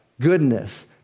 goodness